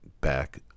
back